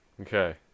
Okay